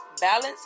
balance